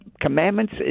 commandments